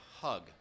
hug